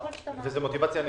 וזו מוטיבציה נכונה,